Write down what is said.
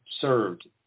served